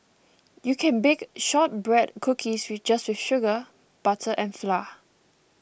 you can bake Shortbread Cookies just with sugar butter and flour